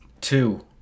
Two